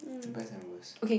best and worst